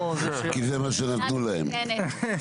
כי זה מה שנתנו להם.